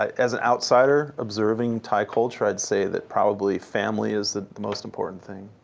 as an outsider observing thai culture, i'd say that probably family is the the most important thing,